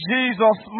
Jesus